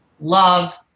love